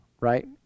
right